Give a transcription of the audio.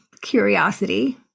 curiosity